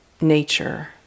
nature